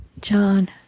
John